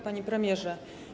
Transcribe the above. Panie Premierze!